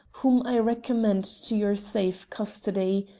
whom i recommend to your safe custody.